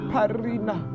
Parina